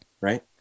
right